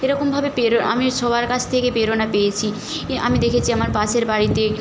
এরকমভাবে পের আমিও সবার কাস থেকে প্রেরণা পেয়েছি ই আমি দেখেছি আমার পাশের বাড়িতে